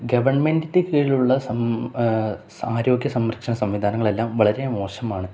ഗവൺമെന്റിന്റെ കീഴിലുള്ള ആരോഗ്യ സംരക്ഷണ സംവിധാനങ്ങളെല്ലാം വളരെ മോശമാണ്